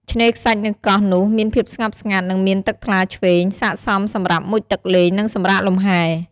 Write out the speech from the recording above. ឆ្នេរខ្សាច់នៅកោះនោះមានភាពស្ងប់ស្ងាត់ និងមានទឹកថ្លាឈ្វេង ស័ក្តិសមសម្រាប់មុជទឹកលេង និងសម្រាកលំហែ។